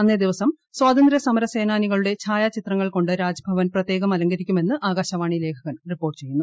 അന്നേ ദിവസം സ്വാതന്ത്ര്യസമര സ്നേജാനികളുടെ ഛായാചിത്രങ്ങൾ കൊണ്ട് രാജ്ഭവൻ പ്രത്യേകം ഭൂഅല്ക്കരിക്കുമെന്ന് ആകാശവാണി ലേഖകൻ റിപ്പോർട്ട് ചെയ്യുന്നു